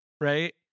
right